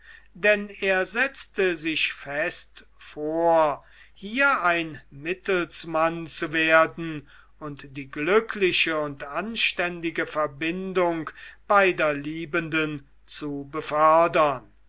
denn er setzte sich fest vor hier ein mittelsmann zu werden und die glückliche und anständige verbindung beider liebenden zu befördern